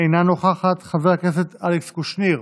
אינה נוכחת, חבר הכנסת אלכס קושניר,